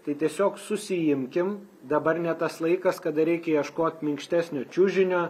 tai tiesiog susiimkim dabar ne tas laikas kada reikia ieškot minkštesnio čiužinio